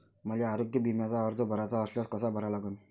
मले आरोग्य बिम्याचा अर्ज भराचा असल्यास कसा भरा लागन?